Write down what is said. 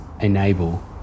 enable